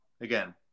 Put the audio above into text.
again